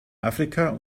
afrika